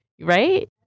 right